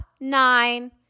nine